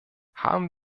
haben